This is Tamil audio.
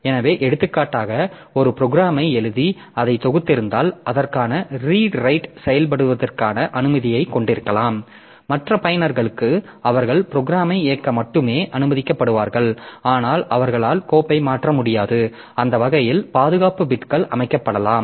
எனவே எடுத்துக்காட்டாக ஒரு ப்ரோக்ராமை எழுதி அதை தொகுத்திருந்தால் அதற்கான ரீடு ரைட் செயல்படுத்துவதற்கான அனுமதியை கொண்டிருக்கலாம் மற்ற பயனர்களுக்கு அவர்கள் ப்ரோக்ராமை இயக்க மட்டுமே அனுமதிக்கப்படுவார்கள் ஆனால் அவர்களால் கோப்பை மாற்ற முடியாது அந்த வகையில் பாதுகாப்பு பிட்கள் அமைக்கப்படலாம்